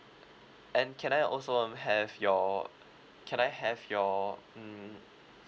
and can I also um have your can I have your mm